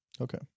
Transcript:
okay